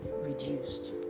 reduced